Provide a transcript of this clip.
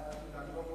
אל תדאג,